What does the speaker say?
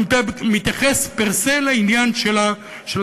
אני מתייחס per se לעניין של הדיור.